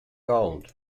gold